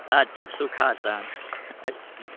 अच्छा सुखासन